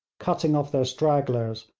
cutting off their stragglers,